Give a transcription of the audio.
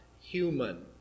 human